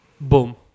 Boom